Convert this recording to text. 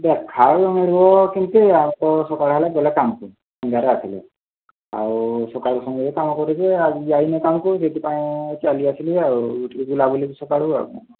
ଦେଖା ଆଉ ମିଳିବ କେମିତି ଆଉ ତ ସକାଳ ହେଲେ ଗଲେ କାମକୁ ସନ୍ଧ୍ୟାରେ ଆସିଲେ ଆଉ ସକାଳୁ ସଞ୍ଜ ଯାଏ କାମ କରୁଛି ଆଜି ଯାଇନି କାମକୁ ସେଥିପାଇଁ ଚାଲି ଆସିଲି ଆଉ ଟିକିଏ ବୁଲାବୁଲି ସକାଳୁ ଆଉ